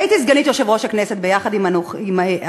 הייתי סגנית יושב-ראש הכנסת יחד עם אדוני,